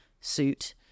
suit